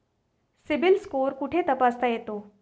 CIBIL score कुठे तपासता येतो?